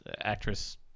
actress